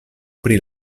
pri